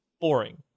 boring